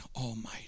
Almighty